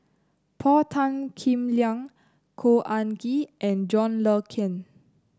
Paul Tan Kim Liang Khor Ean Ghee and John Le Cain